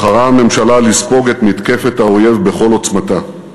בחרה הממשלה לספוג את מתקפת האויב בכל עוצמתה.